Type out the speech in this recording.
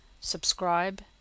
subscribe